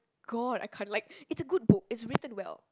god I can't like it's a good book it's written well